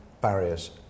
barriers